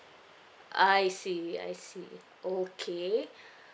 I see I see oh okay